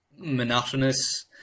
monotonous